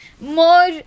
More